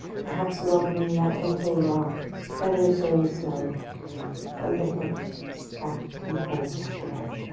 perhaps welcoming that gentle rock ever so slight of the hips so back and forth left to right.